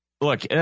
look